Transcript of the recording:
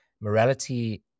morality